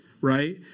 right